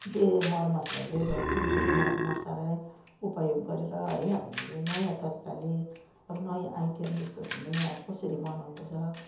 जे मरमसालाहरू ल्याइरहेको छौँ त्यही मरमसालालाई उपयोग गरेर है हामीले नयाँ तरिकाले अब नयाँ आइटम जस्तो हुने अब कसेरी बनाउनु पर्छ